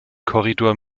korridor